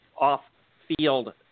off-field